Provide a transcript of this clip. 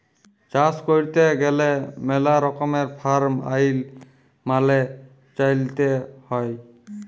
চাষ ক্যইরতে গ্যালে ম্যালা রকমের ফার্ম আইল মালে চ্যইলতে হ্যয়